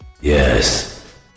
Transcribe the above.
Yes